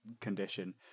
condition